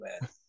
man